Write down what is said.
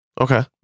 Okay